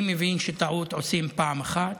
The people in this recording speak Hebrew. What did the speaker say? אני מבין שטעות עושים פעם אחת,